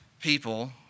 people